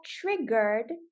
triggered